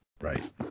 right